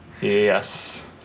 Yes